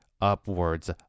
upwards